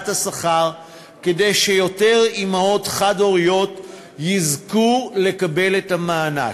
השכר כדי שיותר אימהות חד-הוריות יזכו לקבל את המענק.